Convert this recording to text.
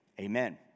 amen